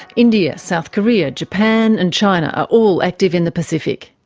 india, south korea, japan and china are all active in the pacific.